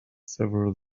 several